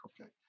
okay